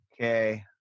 Okay